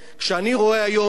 כשאני רואה היום,